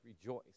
rejoice